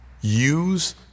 use